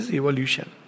evolution